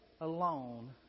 alone